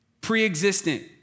preexistent